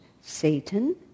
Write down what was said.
Satan